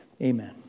Amen